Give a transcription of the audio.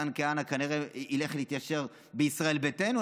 מתן כהנא כנראה ילך לישראל ביתנו,